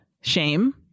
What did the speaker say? Shame